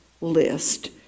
list